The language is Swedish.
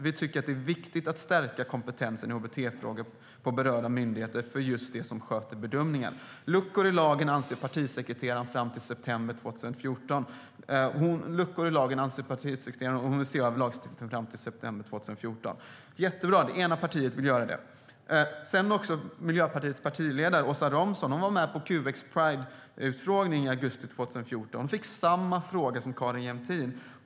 Vi tycker att det är viktigt att stärka kompetensen i HBT-frågor på berörda myndigheter för just de som sköter bedömningarna." Partisekreteraren anser fram till september 2014 att det finns luckor i lagen, och hon vill den 5 september 2014 att lagstiftningen ses över. Det är jättebra att det ena partiet vill göra det. Miljöpartiets partiledare Åsa Romson var med på QX prideutfrågning i augusti 2014. Hon fick samma fråga som Carin Jämtin.